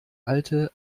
alte